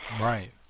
Right